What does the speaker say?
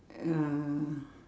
uh